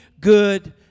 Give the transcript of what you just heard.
good